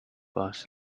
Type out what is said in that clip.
boss